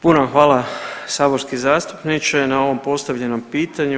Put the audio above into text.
Puno vam hvala saborski zastupniče na ovom postavljenom pitanju.